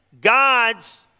God's